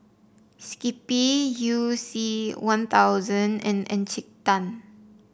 skippy You C One Thousand and Encik Tan